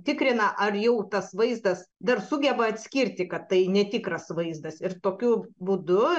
tikrina ar jau tas vaizdas dar sugeba atskirti kad tai netikras vaizdas ir tokiu būdu